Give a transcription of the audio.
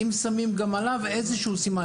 אם שמים גם עליו איזשהו סימן,